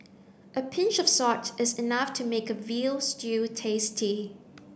a pinch of salt is enough to make a veal stew tasty